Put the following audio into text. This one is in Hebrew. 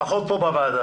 לפחות פה בוועדה,